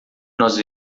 nós